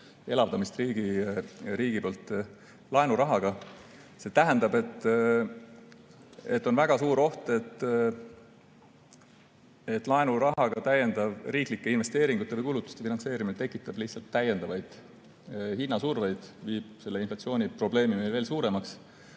elavdamist riigi poolt laenurahaga. On väga suur oht, et laenurahaga täiendav riiklike investeeringute või kulutuste finantseerimine tekitab lihtsalt täiendavaid hinnasurveid ja muudab inflatsiooniprobleemi meil veel suuremaks.